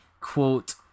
quote